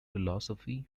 philosophy